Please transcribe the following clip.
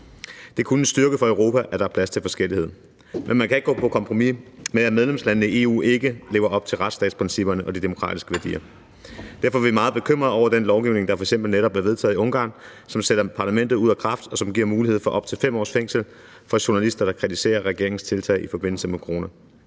Det er kun en styrke for Europa, at der er plads til forskellighed. Men man kan ikke gå på kompromis med, at medlemslandene i EU ikke lever op til retsstatsprincipperne og de demokratiske værdier. Derfor er vi meget bekymrede over den lovgivning, der f.eks. netop er blevet vedtaget i Ungarn, som sætter parlamentet ud af kraft, og som giver mulighed for op til 5 års fængsel for journalister, der kritiserer regeringens tiltag i forbindelse med corona.